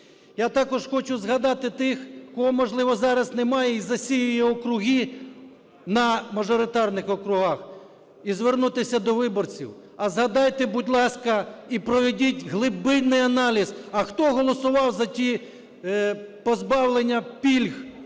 Я також хочу згадати тих, кого, можливо, зараз немає, і "засіює" округи на мажоритарних округах, і звернутися до виборців. А згадайте, будь ласка, і проведіть глибинний аналіз, а хто голосував за ті позбавлення пільг